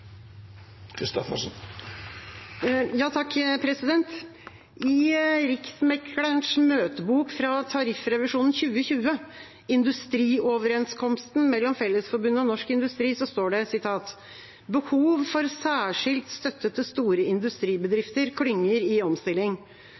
I Riksmeklerens møtebok fra Tariffrevisjonen 2020 – Industrioverenskomsten, mellom Fellesforbundet og Norsk Industri, står det: «Behov for særskilt støtte til store